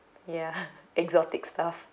ya exotic stuff